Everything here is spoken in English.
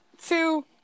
two